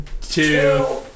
two